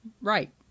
Right